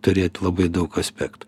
turėt labai daug aspektų